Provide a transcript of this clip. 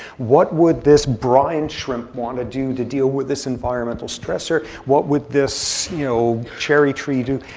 what would this brine shrimp want to do to deal with this environmental stressor? what would this you know cherry tree do?